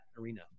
arena